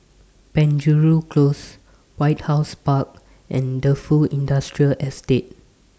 Penjuru Close White House Park and Defu Industrial Estate